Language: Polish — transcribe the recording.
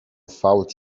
fałd